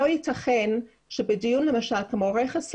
לא יתכן שבדיון כמו רכס לבן,